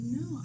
no